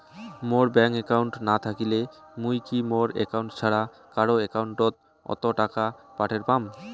মোর bank account না থাকিলে মুই কি মোর একাউন্ট ছাড়া কারো একাউন্ট অত টাকা পাঠের পাম?